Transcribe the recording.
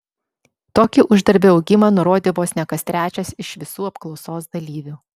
tokį uždarbio augimą nurodė vos ne kas trečias iš visų apklausos dalyvių